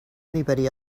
anybody